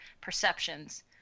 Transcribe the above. perceptions